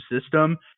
system